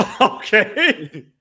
Okay